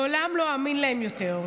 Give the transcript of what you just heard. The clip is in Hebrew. לעולם לא אאמין להם יותר.